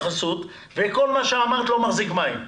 וכל מה שאמרת לא מחזיק מים.